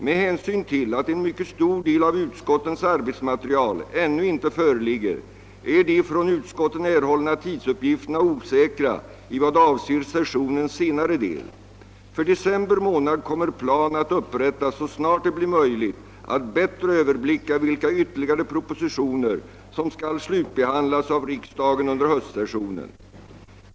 Med hänsyn till att en mycket stor del av utskottens arbetsmaterial ännu inte föreligger är de från utskotten erhållna tidsuppgifterna osäkra i vad avser sessionens senare del. För december månad kommer plan att upprättas så snart det blir möjligt att bättre överblicka vilka ytterligare propositioner som skall slutbehandlas av riksdagen under höstsessionen.